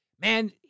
man